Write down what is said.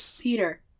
Peter